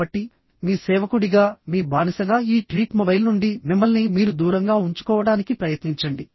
కాబట్టి మీ సేవకుడిగా మీ బానిసగా ఈ ట్రీట్ మొబైల్ నుండి మిమ్మల్ని మీరు దూరంగా ఉంచుకోవడానికి ప్రయత్నించండి